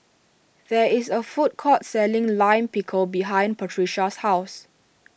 there is a food court selling Lime Pickle behind Patricia's house